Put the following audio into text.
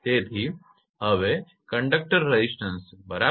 તેથી conductor resistance છે બરાબર